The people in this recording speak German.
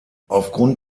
aufgrund